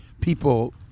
people